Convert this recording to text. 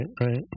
right